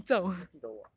他记得我 ah